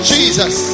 Jesus